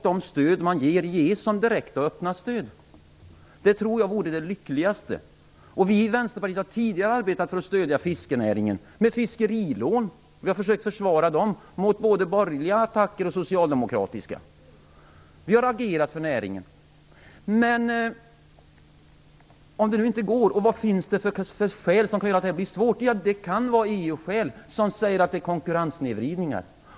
De stöd som ges ges som direkta och öppna stöd. Det tror jag vore det lyckligaste. Vi i Vänsterpartiet har tidigare arbetat för att stödja fiskenäringen med fiskerilån. Vi har försökt försvara dem mot både borgerliga och socialdemokratiska attacker. Vi har agerat för näringen. Om det nu inte går, och vad finns det för skäl som gör att det kan bli svårt? Ja, det kan vara EU-regler som säger att det blir konkurrenssnedvridningar.